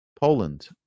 Poland